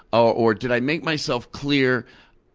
ah or did i make myself clear.